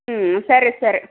ಹ್ಞೂ ಸರಿ ಸರಿ